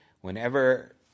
Whenever